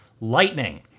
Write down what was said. lightning